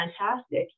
fantastic